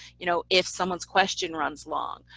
you know, if someone's question runs long?